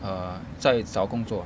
err 在找工作